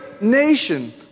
nation